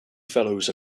fellows